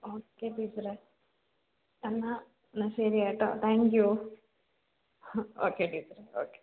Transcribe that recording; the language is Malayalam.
ഓക്കെ ടീച്ചറെ എന്നാൽ ശരി കേട്ടോ താങ്ക്യൂ ഓക്കെ ടീച്ചറെ ഓക്കെ